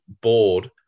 board